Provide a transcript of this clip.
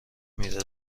میره